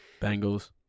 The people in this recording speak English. Bengals